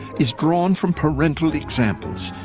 is drawn from parental examples,